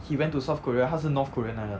he went to south korea 他是 north korean 来的